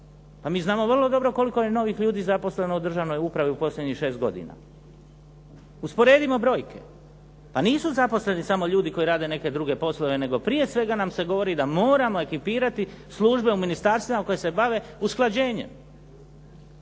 a mi znamo vrlo dobro koliko je novih ljudi zaposleno u državnoj upravi u posljednjih šest godina. Usporedimo brojke. Pa nisu zaposleni samo ljudi koji rade neke druge poslove nego prije svega nam se govori da moramo ekipirati službe u ministarstvima koje se bave usklađenjem.